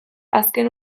azken